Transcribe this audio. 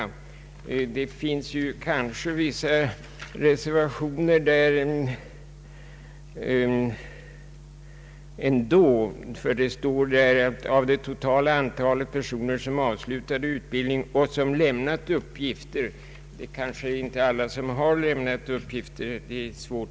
Svaret innehåller ändå vissa reservationer ty det står: ”Av det totala antalet personer som avslutade utbildning och som lämnat uppgift ———.” Det är ju svårt att veta om alla har lämnat uppgift.